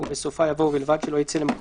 ובסופה יבוא "ובלבד שלא יצא למקום